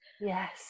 Yes